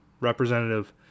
Representative